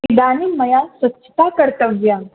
इदानीं मया स्वच्छताकर्तव्यम्